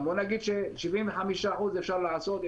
נגיד ש-75% אפשר לעשות,